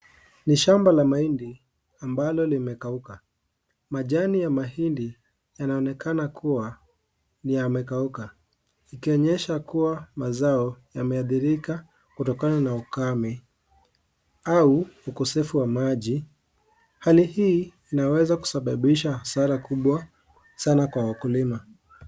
Ni shamba la mahindi ambalo limekauka. Majani ya mahindi yanaonekana kuwa yamekauka, ikionyesha kuwa mazao yameathirika kutokana na ukame au ukosefu wa maji. Hali hii inaweza kusababisha hasara kubwa sana kwa wakulima.